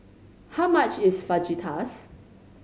how much is Fajitas